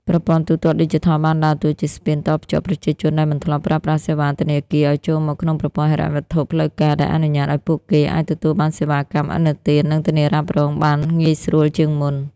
ប្រព័ន្ធទូទាត់ឌីជីថលបានដើរតួជាស្ពានតភ្ជាប់ប្រជាជនដែលមិនធ្លាប់ប្រើប្រាស់សេវាធនាគារ ឱ្យចូលមកក្នុងប្រព័ន្ធហិរញ្ញវត្ថុផ្លូវការ ដែលអនុញ្ញាតឱ្យពួកគេអាចទទួលបានសេវាកម្មឥណទាន និងធានារ៉ាប់រងបានងាយស្រួលជាងមុន។